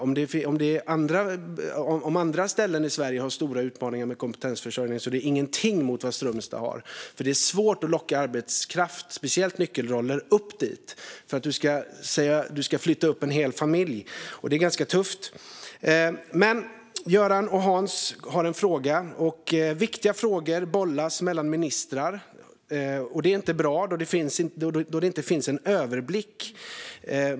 Om andra ställen i Sverige har stora utmaningar med kompetensförsörjning är det ingenting mot vad Strömstad har. Det är svårt att locka arbetskraft, speciellt nyckelroller, upp dit. Du ska flytta upp en hel familj, och det är ganska tufft. Göran och Ulf har en fråga. Viktiga frågor bollas mellan ministrar. Det är inte bra, då det inte finns en överblick.